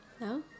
No